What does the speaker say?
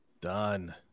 Done